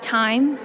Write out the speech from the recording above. time